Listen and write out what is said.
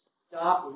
stop